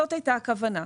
זו הייתה הכוונה.